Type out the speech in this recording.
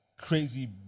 crazy